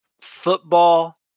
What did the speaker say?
football